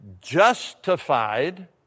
justified